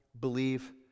believe